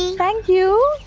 thank you.